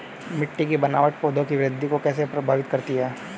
मिट्टी की बनावट पौधों की वृद्धि को कैसे प्रभावित करती है?